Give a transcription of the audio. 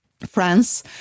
France